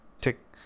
tick